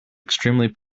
extremely